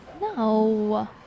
No